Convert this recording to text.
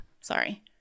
Sorry